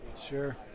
sure